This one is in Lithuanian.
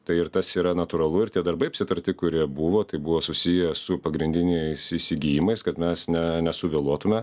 tai ir tas yra natūralu ir tie darbai apsitarti kurie buvo tai buvo susiję su pagrindiniais įsigijimais kad mes ne nesuvėluotume